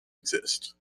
exist